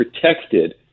protected